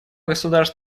государств